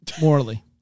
morally